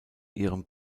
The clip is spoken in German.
ihrem